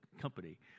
company